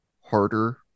harder